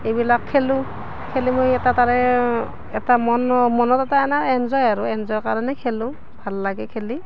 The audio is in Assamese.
এইবিলাক খেলোঁ খেলি মই এটা তাৰে এটা মনো মনত এটা এনেই এনজয় আৰু এনজয়ৰ কাৰণে খেলোঁ ভাল লাগে খেলি